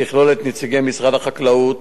שתכלול את נציגי משרד החקלאות,